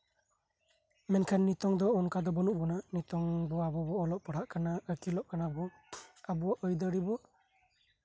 ᱢᱮᱱᱠᱷᱟᱱ ᱱᱤᱛᱚᱝ ᱫᱚ ᱚᱱᱠᱟ ᱫᱚ ᱵᱟᱹᱱᱩᱜ ᱵᱚᱱᱟ ᱟᱵᱚ ᱵᱚᱱ ᱚᱞᱚᱜ ᱯᱟᱲᱦᱟᱜ ᱠᱟᱱᱟ ᱟᱹᱠᱤᱞᱚᱜ ᱠᱟᱱᱟ ᱵᱚᱱ ᱟᱵᱚᱣᱟᱜ ᱟᱹᱭᱫᱟᱹᱨᱤ ᱵᱚ